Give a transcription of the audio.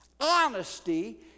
Honesty